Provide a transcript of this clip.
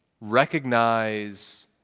recognize